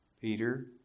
Peter